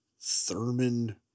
Thurman